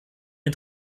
den